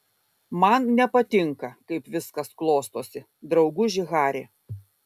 man nepatinka kaip viskas klostosi drauguži hari